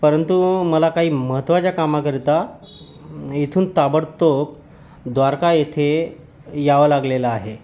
परंतु मला काही महत्त्वाच्या कामाकरिता इथून ताबडतोब द्वारका येथे यावं लागलेलं आहे